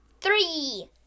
Three